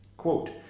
Quote